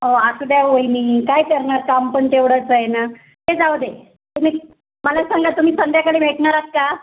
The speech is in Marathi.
अहो असू द्या हो वहिनी काय करणार काम पण तेवढंच आहे ना ते जाऊ दे तुम्ही मला सांगा तुम्ही संध्याकाळी भेटणार आहात का